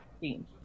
theme